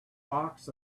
box